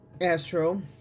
Astro